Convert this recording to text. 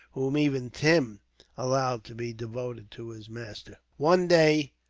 whom even tim allowed to be devoted to his master. one day,